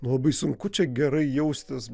labai sunku čia gerai jaustis